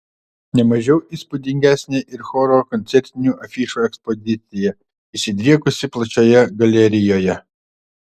ne mažiau įspūdingesnė ir choro koncertinių afišų ekspozicija išsidriekusi plačioje galerijoje